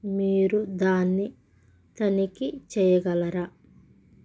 మీరు దాన్ని తనిఖీ చేయగలరా